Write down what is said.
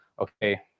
okay